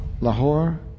Lahore